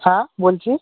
হ্যাঁ বলছি